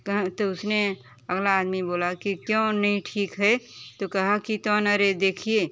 कहा तो उसने अगला आदमी बोला की क्यों नहीं ठीक है तो कहा की तो ना रे देखिए